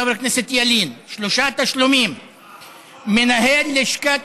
חבר הכנסת ילין, מינהל לשכת,